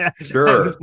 Sure